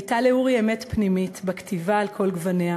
הייתה לאורי אמת פנימית בכתיבה, על כל גווניה,